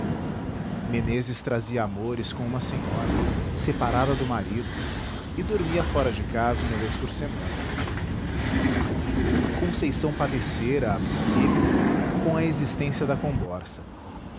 meneses trazia amores com uma senhora separada do marido e dormia fora de casa uma vez por semana conceição padecera a princípio com a existência da comborça